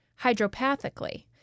hydropathically